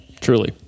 Truly